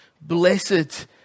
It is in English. Blessed